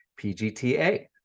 PGTA